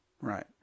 right